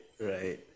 Right